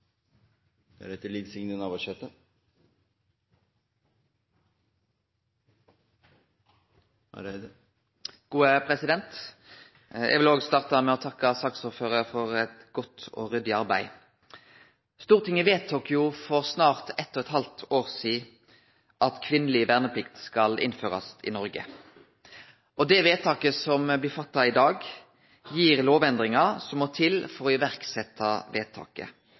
Eg vil òg starte med å takke saksordføraren for eit godt og ryddig arbeid. Stortinget vedtok for snart eit og eit halvt år sidan at kvinneleg verneplikt skal innførast i Noreg. Det vedtaket som blir fatta i dag, gir lovendringar som må til for å setje i verk vedtaket.